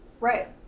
Right